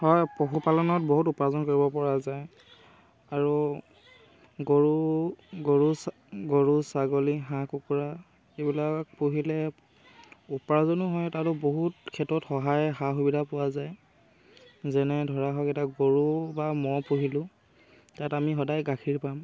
হয় পশুপালনত বহুত উপাৰ্জন কৰিব পৰা যায় আৰু গৰু ছাগলী হাঁহ কুকুৰা এইবিলাক পুহিলে উপাৰ্জনো হয় তাতো বহুত ক্ষেত্ৰত সহায় সা সুবিধা পোৱা যায় যেনে ধৰা হওক এতিয়া গৰু বা ম'হ পুহিলোঁ তাত আমি সদায় গাখীৰ পাম